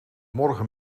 morgen